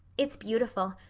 it's beautiful.